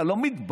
אתה לא מתבייש?